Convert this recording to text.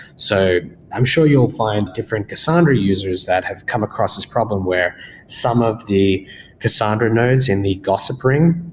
so i'm sure you'll find different cassandra users that have come across this problem where some of the cassandra nodes in the gossip ring.